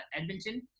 Edmonton